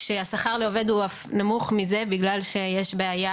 כשהשכר לעובד עוד נמוך מזה בגלל שיש בעיה